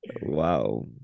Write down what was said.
Wow